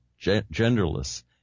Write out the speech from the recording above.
genderless